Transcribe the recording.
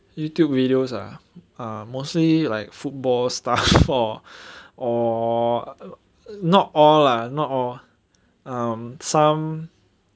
YouTube videos ah ah mostly like football stuff or or not all lah not all um some